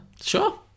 Sure